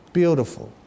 beautiful